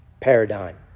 paradigm